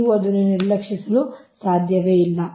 ನೀವು ಅದನ್ನು ನಿರ್ಲಕ್ಷಿಸಲು ಸಾಧ್ಯವಿಲ್ಲ